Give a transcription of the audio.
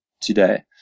today